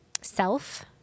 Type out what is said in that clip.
self